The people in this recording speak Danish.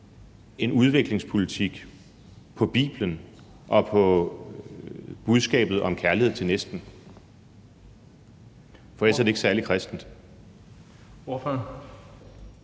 en udviklingspolitik på Bibelen og på budskabet om kærlighed til næsten, for ellers er det ikke særlig kristent.